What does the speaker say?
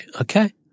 Okay